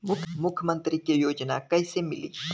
मुख्यमंत्री के योजना कइसे मिली?